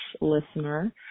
listener